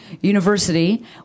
University